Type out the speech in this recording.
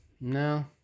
No